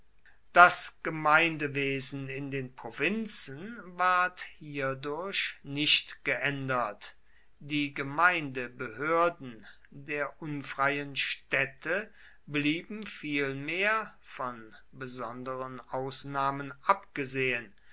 das gemeindewesen in den provinzen ward hierdurch nicht geändert die gemeindebehörden der unfreien städte blieben vielmehr von besonderen ausnahmen abgesehen